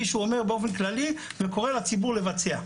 מישהו אומר באופן כללי וקורא לציבור לבצע.